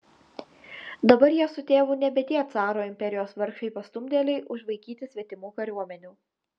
dabar jie su tėvu nebe tie caro imperijos vargšai pastumdėliai užvaikyti svetimų kariuomenių